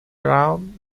brown